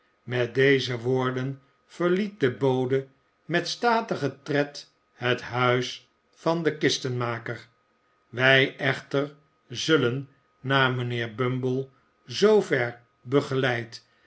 met deze woorden verwie is bang liet de bode met statigen tred het huis van den kistenmaker wij echter zullen na mijnheer bumble zoover begeleid